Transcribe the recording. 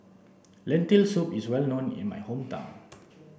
lentil soup is well known in my hometown